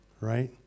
Right